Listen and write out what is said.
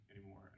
anymore